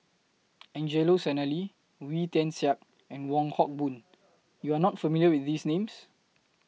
Angelo Sanelli Wee Tian Siak and Wong Hock Boon YOU Are not familiar with These Names